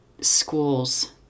schools